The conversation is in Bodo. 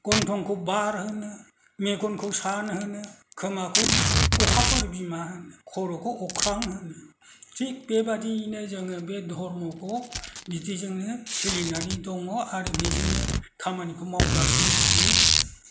गन्थंखौ बार होनो मेगनखौ सान होनो खोमाखौ अखाफोर बिमा होनो खर'खौ अख्रां होनो थिक बेबादियैनो जोङो बे धरम'खौ बिदिजोंनो सोलिनानै दङ आरो बेजोंनो खामानिबो मावगासिनो थायो